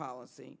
policy